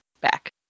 back